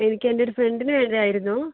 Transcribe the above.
എനിക്കെൻ്റെയൊരു ഫ്രണ്ടിന് വേണ്ടീട്ടായിരുന്നു